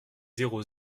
zéro